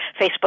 Facebook